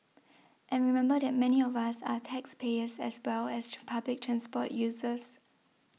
and remember that many of us are taxpayers as well as public transport users